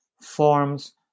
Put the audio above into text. forms